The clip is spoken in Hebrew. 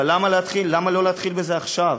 אבל למה לא להתחיל בזה עכשיו?